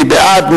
מי בעד?